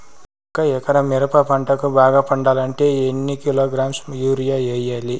ఒక ఎకరా మిరప పంటకు బాగా పండాలంటే ఎన్ని కిలోగ్రామ్స్ యూరియ వెయ్యాలి?